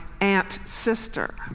aunt-sister